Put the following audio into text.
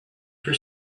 for